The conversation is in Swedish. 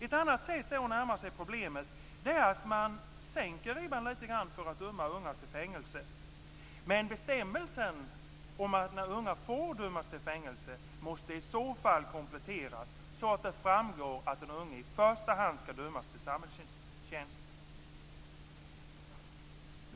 Ett annat sätt att närma sig problemet är att man sänker ribban litet grand för att döma unga till fängelse. Men bestämmelsen om när unga får dömas till fängelse måste i så fall kompletteras, så att det framgår att den unge i första hand skall dömas till samhällstjänst.